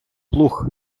плуг